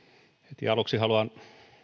heti aluksi haluan